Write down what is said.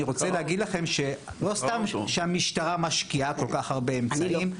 אני רוצה להגיד לכם שלא סתם המשטרה משקיעה כל כך הרבה אמצעים,